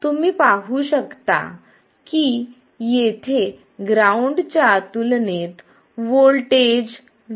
तुम्ही पाहु शकता की येथे ग्राउंड च्या तुलनेत व्होल्टेज vo आहे